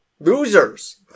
Losers